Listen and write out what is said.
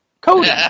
Cody